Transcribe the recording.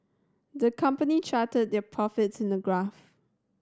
the company charted their profits in a graph